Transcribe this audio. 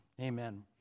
amen